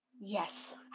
Yes